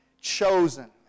chosen